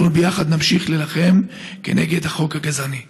אנחנו, ביחד, נמשיך להילחם כנגד החוק הגזעני.